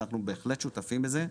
ואנחנו בהחלט שותפים לזה,